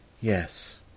Yes